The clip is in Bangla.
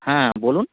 হ্যাঁ বলুন